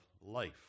life